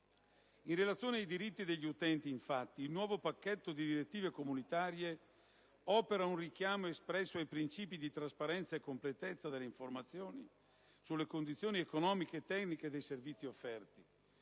In relazione ai diritti degli utenti, infatti, il nuovo pacchetto di direttive comunitarie opera un richiamo espresso ai principi di trasparenza e completezza delle informazioni sulle condizioni economiche e tecniche dei servizi offerti.